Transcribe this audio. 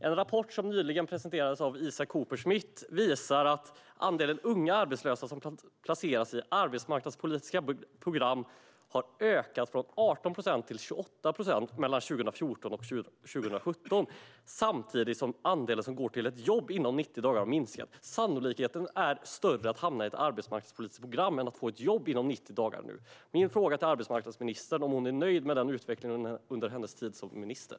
En rapport som nyligen presenterades av Isak Kupersmidt visar att andelen unga arbetslösa som placeras i arbetsmarknadspolitiska program har ökat från 18 procent till 28 procent mellan 2014 och 2017 samtidigt som andelen som går till jobb inom 90 dagar har minskat. Sannolikheten är nu större att hamna i ett arbetsmarknadspolitiskt program än att få ett jobb inom 90 dagar. Min fråga till arbetsmarknadsministern är om hon är nöjd med den utvecklingen under hennes tid som minister.